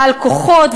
בעל כוחות,